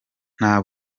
nta